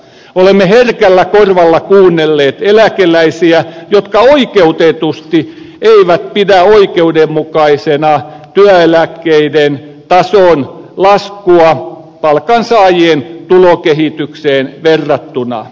olemme herkällä korvalla kuunnelleet eläkeläisiä jotka oikeutetusti eivät pidä oikeudenmukaisena työeläkkeiden tason laskua palkansaajien tulokehitykseen verrattuna